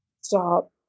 Stop